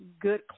good